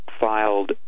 filed